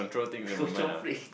control freak